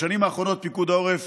בשנים האחרונות פיקוד העורף